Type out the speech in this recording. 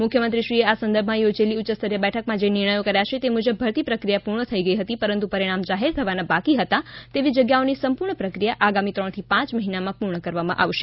મુખ્યમંત્રીશ્રીએ આ સંદર્ભમાં યોજેલી ઉચ્યસ્તરીય બેઠકમાં જે નિર્ણયો કર્યા છે તે મુજબ ભરતી પ્રક્રિયા પૂર્ણ થઇ ગઇ હતી પરંતુ પરિણામ જાહેર થવાના બાકી હતા તેવી જગ્યાઓની સંપૂર્ણ પ્રક્રિયા આગામી ત્રણથી પાંચ મહિનામાં પૂર્ણ કરવામાં આવશે